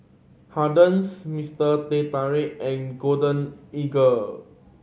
Hardy's Mister Teh Tarik and Golden Eagle